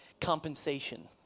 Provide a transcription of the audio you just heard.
Compensation